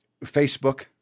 Facebook